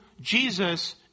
Jesus